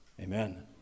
Amen